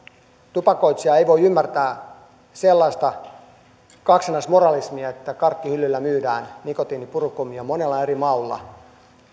tupakoitsija ei voi ymmärtää sellaista kaksinaismoralismia että karkkihyllyllä myydään nikotiinipurukumia monella eri maulla